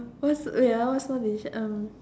what's wait ah what small decision um